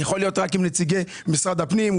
יכול להיות רק עם נציגי משרד הפנים,